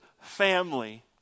family